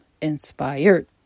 inspired